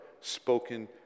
spoken